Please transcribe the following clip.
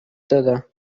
دادم